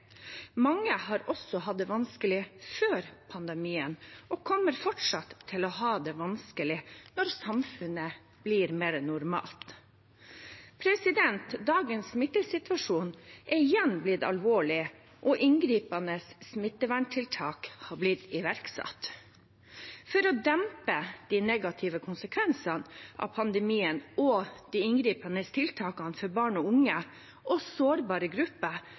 Mange har også hatt det vanskelig før pandemien og kommer fortsatt til å ha det vanskelig når samfunnet blir mer normalt. Dagens smittesituasjon er igjen blitt alvorlig, og inngripende smitteverntiltak er blitt iverksatt. For å dempe de negative konsekvensene av pandemien og de inngripende tiltakene for barn og unge og sårbare grupper